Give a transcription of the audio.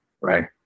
right